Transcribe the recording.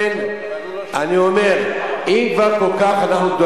כן, אבל הוא לא שמע.